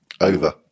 Over